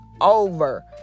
over